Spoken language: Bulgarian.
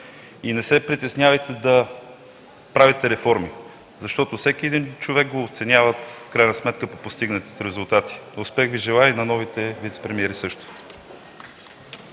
Не се притеснявайте да правите реформи, защото всеки един човек го оценяват в крайна сметка по постигнатите резултати. Успех Ви желая, и на новите вицепремиери също!